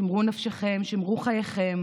שמרו נפשכם / שמרו חייכם,